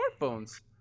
smartphones